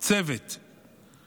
אנחנו הצבא הכי טוב והכי מוסרי,